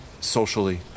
socially